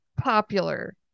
popular